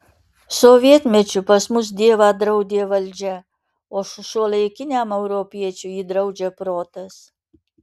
sovietmečiu pas mus dievą draudė valdžia o šiuolaikiniam europiečiui jį draudžia protas